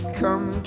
come